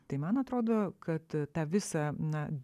tai man atrodo kad tą visą na